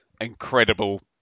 incredible